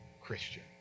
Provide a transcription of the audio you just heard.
Christian